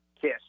kiss